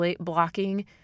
blocking